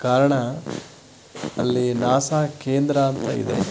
ಕಾರಣ ಅಲ್ಲಿ ನಾಸಾ ಕೇಂದ್ರ ಅಂತ ಇದೆ